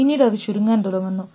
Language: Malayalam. പിന്നീട് അത് ചുരുങ്ങാൻ തുടങ്ങുന്നു